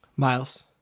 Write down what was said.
Miles